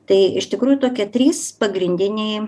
tai iš tikrųjų tokie trys pagrindiniai